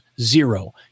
Zero